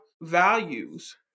values